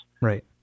Right